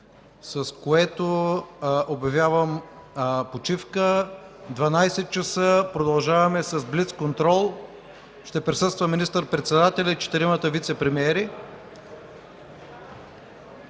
с което обявявам почивка. В 12,00 ч. продължаваме с блицконтрола. Ще присъства министър-председателят и четиримата вицепремиери.